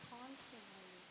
constantly